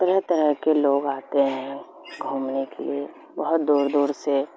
طرح طرح کے لوگ آتے ہیں گھومنے کے لیے بہت دور دور سے